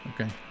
Okay